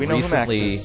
recently